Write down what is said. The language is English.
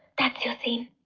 that's your scene!